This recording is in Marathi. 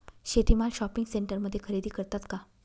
शेती माल शॉपिंग सेंटरमध्ये खरेदी करतात का?